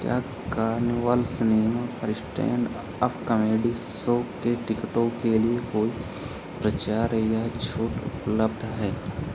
क्या carnival cinema पर stand up comedy show के टिकटों के लिए कोई प्रचार या छूट उपलब्ध है